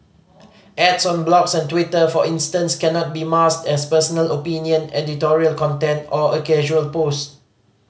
ads on blogs and Twitter for instance cannot be masked as personal opinion editorial content or a casual post